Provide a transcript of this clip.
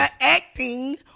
acting